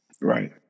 right